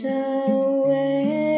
away